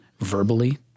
verbally